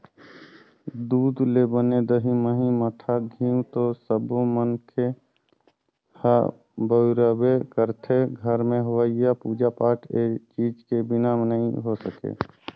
दूद ले बने दही, मही, मठा, घींव तो सब्बो मनखे ह बउरबे करथे, घर में होवईया पूजा पाठ ए चीज के बिना नइ हो सके